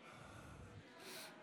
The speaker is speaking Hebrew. גם